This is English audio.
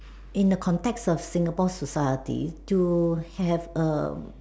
in the contacts of Singapore society to have a